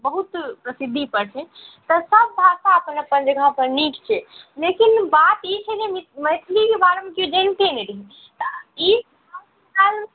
बहुत प्रसिद्धिपर छै तऽ सब भाषा अपन जगहपर नीक छै लेकिन बात ई छै जे मिथ मैथिली बारेमे कोइ जानिते नहि रहै तऽ ई आब